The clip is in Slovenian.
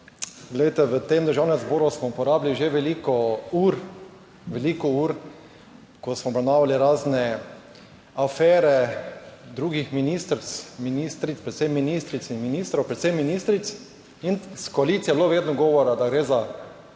glejte, v tem Državnem zboru smo porabili že veliko ur, veliko ur, ko smo obravnavali razne afere drugih ministric, ministric, predvsem ministric in ministrov, predvsem ministric in iz koalicije je bilo vedno govora, da gre za,